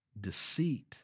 deceit